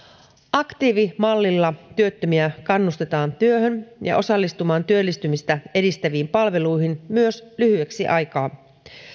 aktiivimallilla työttömiä kannustetaan työhön ja osallistumaan työllistymistä edistäviin palveluihin myös lyhyeksi aikaa